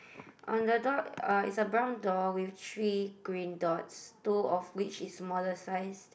on the door uh it's a brown door with three green dots two of which is smaller size